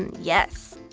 and yes!